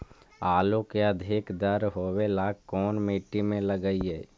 आलू के अधिक दर होवे ला कोन मट्टी में लगीईऐ?